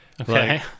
okay